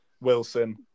Wilson